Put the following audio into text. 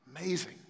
Amazing